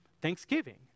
Thanksgiving